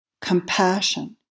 compassion